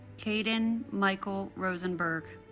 caden michael rosenberg